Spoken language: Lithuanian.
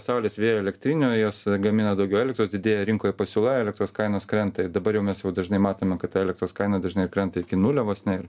saulės vėjo elektrinių jos gamina daugiau elektros didėja rinkoj pasiūla elektros kainos krenta ir dabar jau mes jau dažnai matome kad elektros kaina dažnai krenta iki nulio vos ne